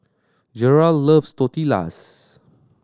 Gerald loves Tortillas